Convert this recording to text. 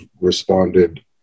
responded